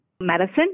medicine